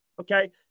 okay